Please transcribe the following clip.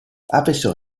avessero